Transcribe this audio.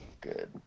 Good